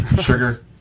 Sugar